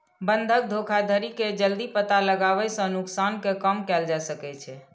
बंधक धोखाधड़ी के जल्दी पता लगाबै सं नुकसान कें कम कैल जा सकै छै